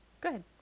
Good